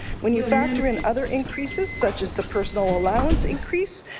when you factor in other increases such as the personal allowance increase,